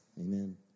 Amen